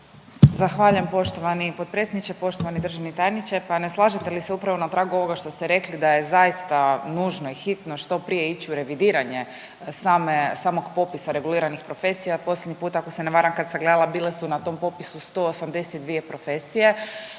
Zahvaljujem poštovani potpredsjedniče, poštovani državni tajniče. Pa ne slažete li se upravo na tragu ovoga što ste rekli da je zaista nužno i hitno što prije ići u revidiranje samog popisa reguliranih profesija. Posljednji put ako se ne varam kad sam gledala bile su na tom popisu 182 profesije